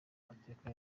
mateka